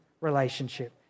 relationship